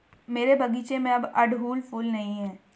मेरे बगीचे में अब अड़हुल फूल नहीं हैं